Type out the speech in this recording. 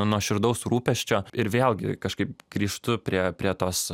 nuoširdaus rūpesčio ir vėlgi kažkaip grįžtu prie prie tos